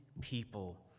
people